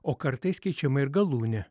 o kartais keičiama ir galūnė